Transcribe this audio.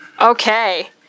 Okay